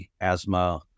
Asthma